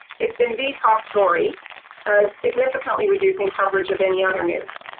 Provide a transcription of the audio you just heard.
it's been the top story significantly reducing coverage of any other news,